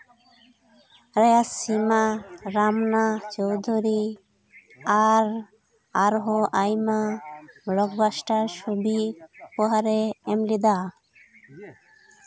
ᱯᱮᱨᱟᱥᱤᱢᱟ ᱨᱟᱢᱱᱟ ᱪᱳᱣᱫᱷᱩᱨᱤ ᱟᱨ ᱟᱨᱦᱚᱸ ᱟᱭᱢᱟ ᱵᱞᱚᱠᱵᱟᱥᱴᱟᱨ ᱪᱷᱩᱵᱤ ᱯᱚᱦᱚᱴᱮ ᱮᱢ ᱞᱮᱫᱟ